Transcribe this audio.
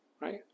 Right